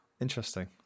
Interesting